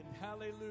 Hallelujah